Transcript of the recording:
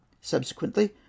Subsequently